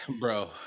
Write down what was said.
bro